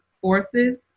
forces